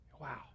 Wow